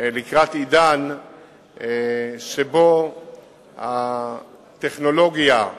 לקראת עידן שבו הטכנולוגיה,